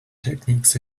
techniques